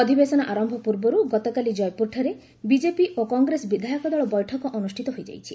ଅଧିବେଶନ ଆରମ୍ଭ ପୂର୍ବରୁ ଗତକାଲି କୟପୁରଠାରେ ବିଜେପି ଓ କଂଗ୍ରେସ ବିଧାୟକ ଦଳ ମଧ୍ୟରେ ବୈଠକ ଅନୁଷ୍ଠିତ ହୋଇଯାଇଛି